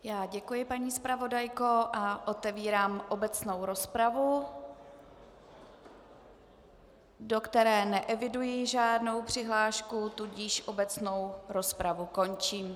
Já děkuji, paní zpravodajko, a otevírám obecnou rozpravu, do které neeviduji žádnou přihlášku, tudíž obecnou rozpravu končím.